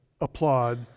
applaud